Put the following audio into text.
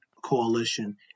coalition